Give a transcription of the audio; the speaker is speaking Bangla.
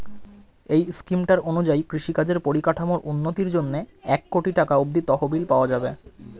এই স্কিমটার অনুযায়ী কৃষিকাজের পরিকাঠামোর উন্নতির জন্যে এক কোটি টাকা অব্দি তহবিল পাওয়া যাবে